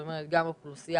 כלומר גם האוכלוסייה